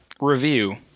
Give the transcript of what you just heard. Review